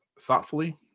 thoughtfully